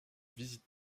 visite